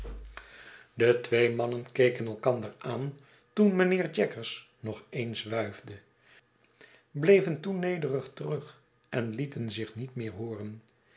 de twee mannen keken elkander aan toen mijnheer jaggers nog eens wuifde bleven toen nederig terug en lieten zich niet meer hooren